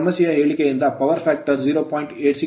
ಸಮಸ್ಯೆಯ ಹೇಳಿಕೆಯಿಂದ power factor power factor 0